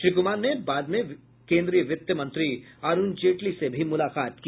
श्री कुमार ने बाद में केन्द्रीय वित्त मंत्री अरूण जेटली से भी मुलाकात की